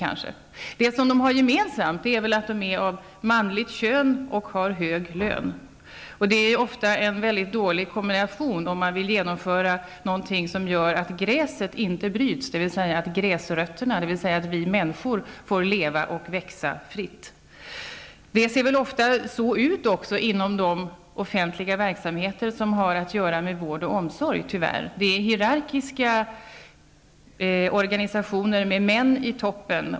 Det som dessa elefanter har gemensamt är att de är av manligt kön och också har hög lön. Det är ofta en väldigt dålig kombination, om man vill genomföra någonting som gör att gräset inte bryts, så att gräsrötterna, dvs. vi människor, får leva och växa fritt. Förhållandet är väl ungefär detsamma inom de offentliga verksamheter som har att göra med vård och omsorg, tyvärr. Det är hierarkiska organisationer med män i toppen.